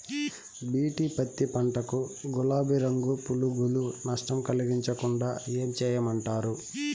BT పత్తి పంట కు, గులాబీ రంగు పులుగులు నష్టం కలిగించకుండా ఏం చేయమంటారు?